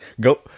Go